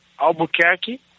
Albuquerque